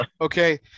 okay